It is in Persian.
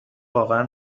واقعا